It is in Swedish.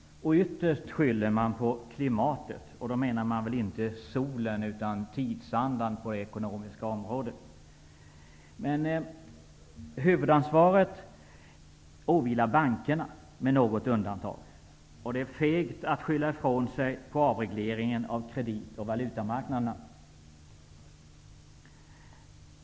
Ytterst skyller man på ''klimatet'', och då menar man väl inte solen utan tidsandan på det ekonomiska området. Men huvudansvaret åvilar bankerna, med något undantag. Det är fegt att skylla ifrån sig på avregleringen av kredit och valutamarknaderna.